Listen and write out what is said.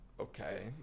Okay